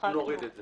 אנחנו נוריד את זה.